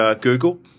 Google